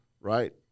Right